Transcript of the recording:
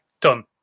done